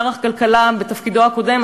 שר הכלכלה בתפקידו הקודם,